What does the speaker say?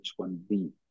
H1B